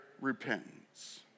repentance